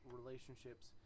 relationships